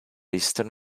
eastern